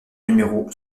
numéro